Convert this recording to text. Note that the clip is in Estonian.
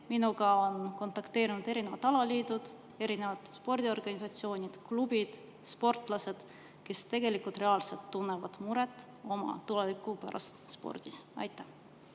minuga kontakteerunud erinevad alaliidud, erinevad spordiorganisatsioonid, ‑klubid, sportlased, kes reaalselt tunnevad muret oma tuleviku pärast spordis. Aitäh!